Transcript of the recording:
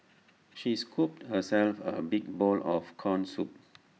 she scooped herself A big bowl of Corn Soup